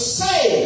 say